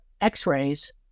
x-rays